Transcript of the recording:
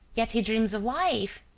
yet he dreams of life.